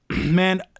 man